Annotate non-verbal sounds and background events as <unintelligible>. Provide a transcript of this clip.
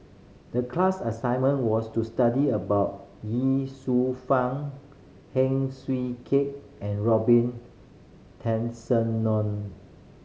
the class assignment was to study about Ye Shufang Heng Swee Keat and Robin <unintelligible>